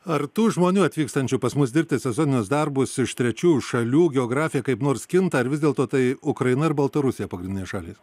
ar tų žmonių atvykstančių pas mus dirbti sezoninius darbus iš trečiųjų šalių geografija kaip nors kinta ar vis dėlto tai ukraina ir baltarusija pagrindinės šalys